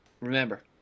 remember